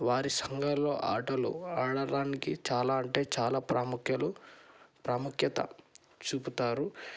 వారి సంఘాల్లో ఆటలు ఆడడానికి చాలా అంటే చాలా ప్రాముఖ్యత ప్రాముఖ్యత చూపుతారు